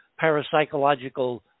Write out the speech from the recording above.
parapsychological